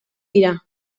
dira